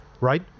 right